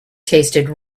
tasted